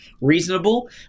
reasonable